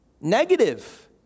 negative